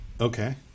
okay